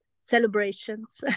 celebrations